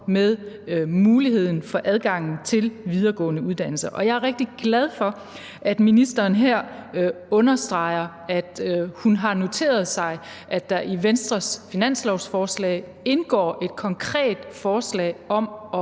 med muligheden for adgang til videregående uddannelser. Jeg er rigtig glad for, at ministeren her understreger, at hun har noteret sig, at der i Venstres finanslovsforslag indgår et konkret forslag om at